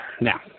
Now